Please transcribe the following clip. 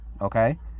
Okay